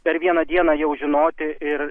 per vieną dieną jau žinoti ir